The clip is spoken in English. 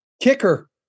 Kicker